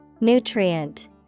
Nutrient